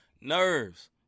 nerves